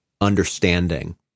understanding